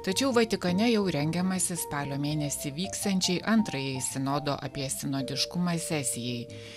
tačiau vatikane jau rengiamasi spalio mėnesį vyksiančiai antrajai sinodo apie sinodiškumą sesijai